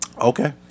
Okay